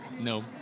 No